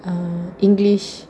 err english